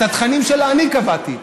את התכנים שלה אני קבעתי,